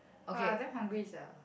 !wah! I damn hungry sia